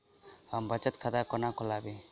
हम बचत खाता कोना खोलाबी?